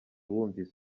bumvise